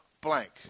blank